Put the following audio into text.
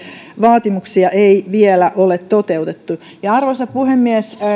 vaatimuksia ei vielä ole toteutettu arvoisa puhemies